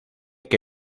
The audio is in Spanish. que